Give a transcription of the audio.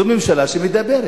זו ממשלה שמדברת,